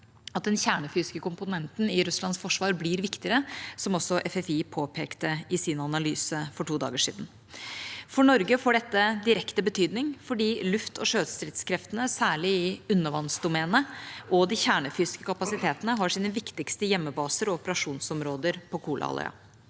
at den kjernefysiske komponenten i Russlands forsvar blir viktigere, noe også FFI påpekte i sin analyse for to dager siden. For Norge får dette direkte betydning fordi luft- og sjøstridskreftene, særlig i undervannsdomenet, og de kjernefysiske kapasitetene har sine viktigste hjemmebaser og operasjonsområder på Kolahalvøya.